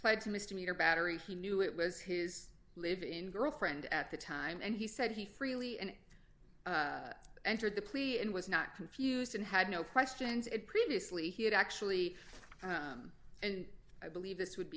to misdemeanor battery he knew it was his live in girlfriend at the time and he said he freely and entered the plea and was not confused and had no questions it previously he had actually and i believe this would